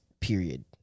period